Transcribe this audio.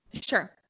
Sure